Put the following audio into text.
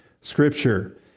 Scripture